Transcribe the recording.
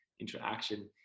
interaction